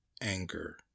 anger